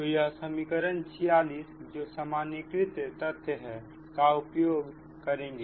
तो यह समीकरण 46 जो सामान्यीकृत तथ्य है का उपयोग करेंगे